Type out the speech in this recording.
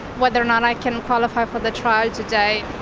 whether or not i can qualify for the trial today,